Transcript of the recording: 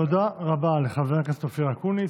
תודה רבה לחבר הכנסת אופיר אקוניס.